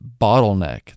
bottleneck